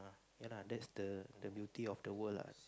ya lah that's the the beauty of the world lah